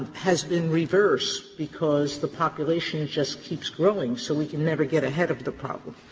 has been reversed because the population just keeps growing. so we can never get ahead of the problem.